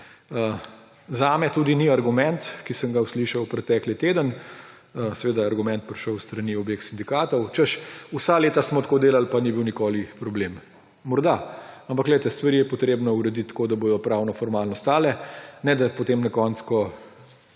Za mene tudi ni argument, ki sem ga uslišal pretekli teden, seveda je argument prišel s strani obeh sindikatov, češ, vsa leta smo tako delali pa ni bil nikoli problem. Morda. Ampak stvari je treba urediti tako, da bodo pravnoformalno stale, ne da potem na koncu,